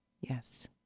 Yes